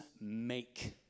make